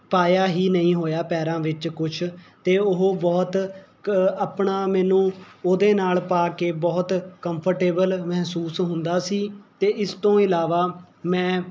ਪਾਇਆ ਹੀ ਨਹੀਂ ਹੋਇਆ ਪੈਰਾਂ ਵਿੱਚ ਕੁਝ 'ਤੇ ਉਹ ਬਹੁਤ ਆਪਣਾ ਮੈਨੂੰ ਉਹਦੇ ਨਾਲ ਪਾ ਕੇ ਬਹੁਤ ਕੰਫਰਟੇਬਲ ਮਹਿਸੂਸ ਹੁੰਦਾ ਸੀ ਅਤੇ ਇਸ ਤੋਂ ਇਲਾਵਾ ਮੈਂ